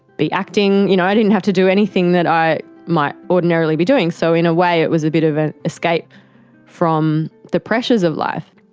be acting, you know i didn't have to do anything that i might ordinarily be doing. so in a way it was a bit of an escape from the pressures of life.